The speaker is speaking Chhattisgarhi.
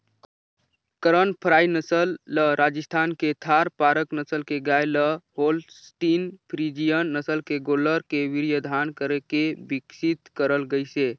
करन फ्राई नसल ल राजस्थान के थारपारकर नसल के गाय ल होल्सटीन फ्रीजियन नसल के गोल्लर के वीर्यधान करके बिकसित करल गईसे